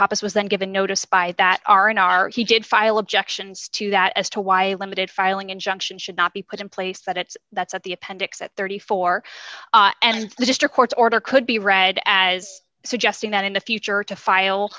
papas was then given notice by that are in our he did file objections to that as to why a limited filing injunction should not be put in place that it that's at the appendix at thirty four dollars and the district court's order could be read as suggesting that in the future to file